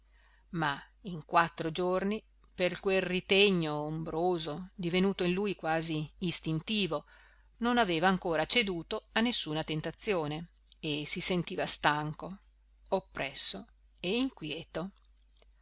ma in quattro giorni per quel ritegno ombroso divenuto in lui quasi istintivo non aveva ancora ceduto a nessuna tentazione e si sentiva stanco oppresso e inquieto